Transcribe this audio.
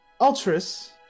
Ultras